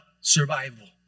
survival